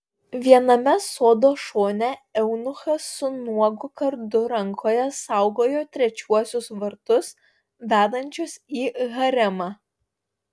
viename sodo šone eunuchas su nuogu kardu rankoje saugojo trečiuosius vartus vedančius į haremą